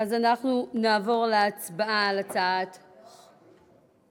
אז אנחנו נעבור להצבעה על הצעת חוק,